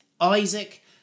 Isaac